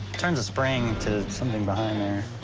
turns a spring to something behind there.